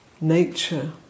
nature